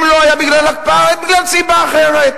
אם לא היה בגלל ההקפאה, היה בגלל סיבה אחרת.